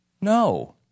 No